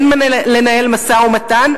אין מה לנהל משא-ומתן,